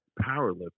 powerlifting